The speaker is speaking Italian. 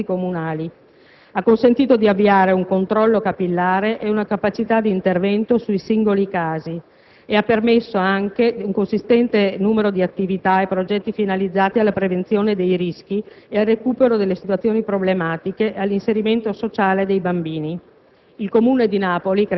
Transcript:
in raccordo con servizi comunali, ha consentito di avviare un controllo capillare e una capacità d'intervento sui singoli casi e ha permesso anche un consistente numero di attività e progetti finalizzati alla prevenzione dei rischi, al recupero delle situazioni problematiche e all'inserimento sociale dei bambini.